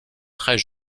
très